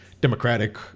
Democratic